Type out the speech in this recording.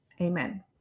Amen